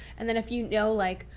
and then if you know like,